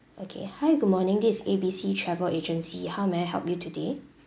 okay hi good morning this is A B C travel agency how may I help you today